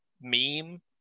meme